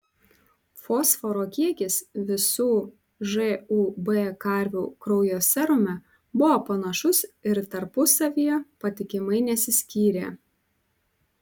fosforo kiekis visų žūb karvių kraujo serume buvo panašus ir tarpusavyje patikimai nesiskyrė